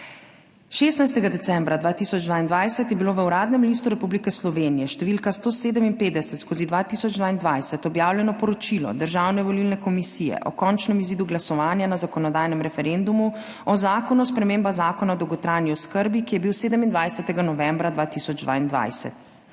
16. decembra 2022 je bilo v Uradnem listu Republike Slovenije št. 157/2022 objavljeno poročilo Državne volilne komisije o končnem izidu glasovanja na zakonodajnem referendumu o Zakonu o spremembah Zakona o dolgotrajni oskrbi, ki je bil 27. novembra 2022.